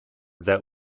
that